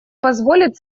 позволит